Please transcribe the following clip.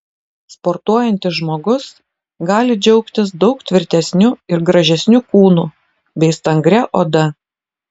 sportuojantis žmogus gali džiaugtis daug tvirtesniu ir gražesniu kūnu bei stangria oda